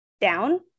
down